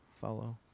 follow